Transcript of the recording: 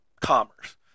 commerce